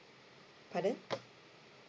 pardon